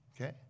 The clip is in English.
okay